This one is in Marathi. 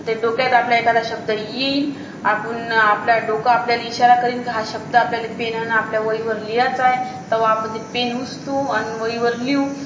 ते डोक्यात आपल्या एखादा शब्द येईल आपण आपला डोकं आपल्याला इशारा करीन का हा शब्द आपल्याला पेनाने आपल्या वहीवर लिहायचा आहे तेव्हा आपण ते पेन उचलू आणि वहीवर लिहू